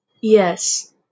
Yes